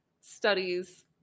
studies